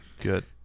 Good